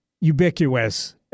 ubiquitous